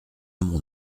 mon